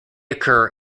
occur